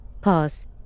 pause